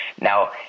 Now